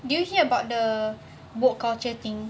did you hear about the woke culture thing